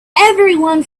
everyone